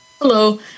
hello